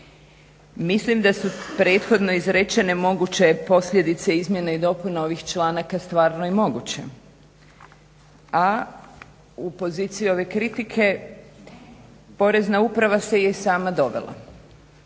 Mislim da su prethodno izrečene moguće posljedice izmjene i dopune ovih članaka stvarno i moguće, a u poziciji ove kritike Porezna uprava se je sama dovela,